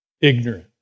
ignorant